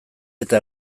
eta